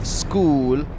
school